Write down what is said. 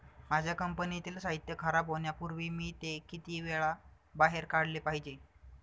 माझ्या कंपनीतील साहित्य खराब होण्यापूर्वी मी ते किती वेळा बाहेर काढले पाहिजे?